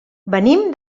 venim